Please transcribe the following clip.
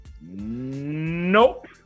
Nope